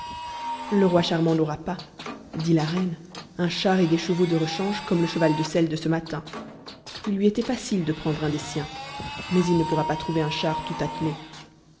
le roi charmant n'aura pas dit la reine un char et des chevaux de rechange comme le cheval de selle de ce matin il lui était facile de prendre un des siens mais il ne pourra pas trouver un char tout